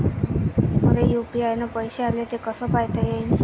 मले यू.पी.आय न पैसे आले, ते कसे पायता येईन?